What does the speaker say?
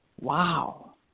Wow